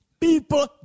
People